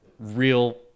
real